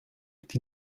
die